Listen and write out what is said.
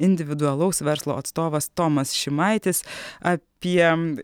individualaus verslo atstovas tomas šimaitis apie